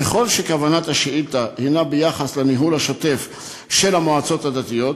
ככל שכוונת השאילתה היא ביחס לניהול השוטף של המועצות הדתיות,